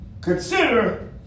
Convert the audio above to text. consider